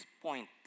point